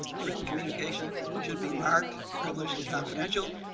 written communication should be marked privileged and confidential.